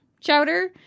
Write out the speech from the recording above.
chowder